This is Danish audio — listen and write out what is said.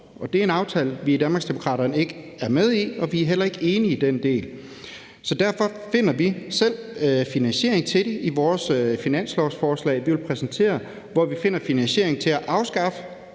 vi i Danmarksdemokraterne ikke er med i – og vi er heller ikke enige i den del. Derfor finder vi selv finansiering til det i vores finanslovsforslag. Vi vil præsentere, hvor vi finder finansieringen til at afskaffe